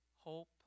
hope